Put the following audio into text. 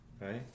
right